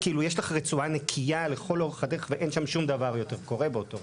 יש לך רצועה נקייה לכל אורך הדרך ואין שם שום דבר שקורה באותו רגע.